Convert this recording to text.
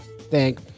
thank